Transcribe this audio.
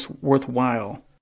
worthwhile